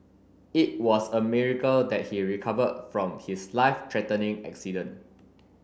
it was a miracle that he recovered from his life threatening accident